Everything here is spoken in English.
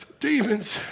Demons